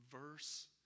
verse